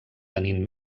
tenint